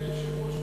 אדוני היושב-ראש,